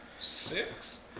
Six